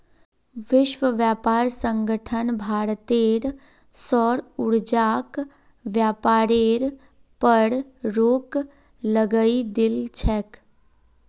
विश्व व्यापार संगठन भारतेर सौर ऊर्जाक व्यापारेर पर रोक लगई दिल छेक